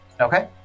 Okay